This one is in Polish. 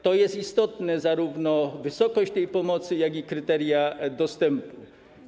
To jest istotne - zarówno wysokość tej pomocy, jak i kryteria dostępu.